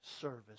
service